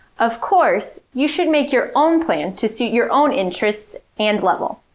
of course, you should make your own plan to suit your own interests and level.